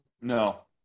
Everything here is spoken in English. No